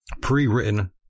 pre-written